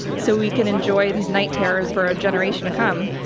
so we can enjoy these night terrors for a generation to come.